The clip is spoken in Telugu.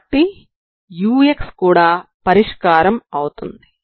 కాబట్టి ux కూడా పరిష్కారం అవుతుంది